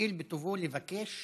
לבקש